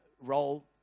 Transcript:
Role